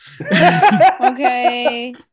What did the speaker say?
Okay